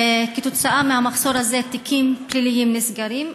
שבגללו תיקים פליליים נסגרים.